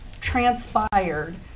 transpired